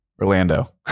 Orlando